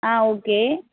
ஆ okay